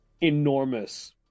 enormous